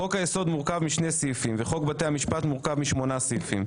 חוק היסוד מורכב משני סעיפים וחוק בתי המשפט מורכב משמונה סעיפים.